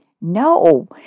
No